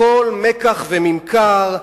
הכול מיקח וממכר,